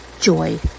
joy